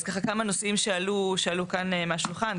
אז ככה כמה נושאים שעלו כאן מהשולחן,